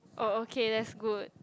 oh okay that's good